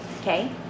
Okay